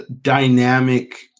dynamic